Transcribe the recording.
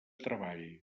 treball